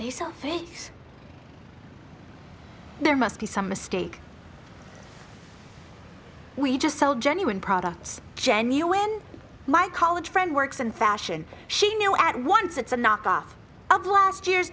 fakes there must be some mistake we just sell genuine products genuine my college friend works in fashion she knew at once it's a knock off of last year's